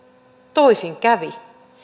toisin kävi